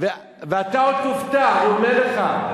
ואתה עוד תופתע, אני אומר לך.